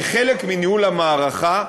כחלק מניהול המערכה,